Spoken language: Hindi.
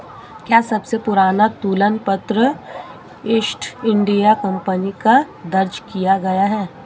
क्या सबसे पुराना तुलन पत्र ईस्ट इंडिया कंपनी का दर्ज किया गया है?